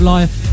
Life